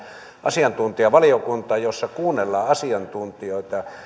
asiantuntijavaliokuntaan jossa kuunnellaan asiantuntijoita